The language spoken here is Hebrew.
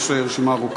יש רשימה ארוכה.